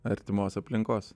artimos aplinkos